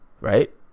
Right